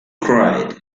cried